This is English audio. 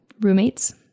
roommates